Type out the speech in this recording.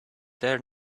there